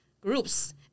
groups